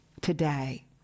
today